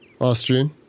Austrian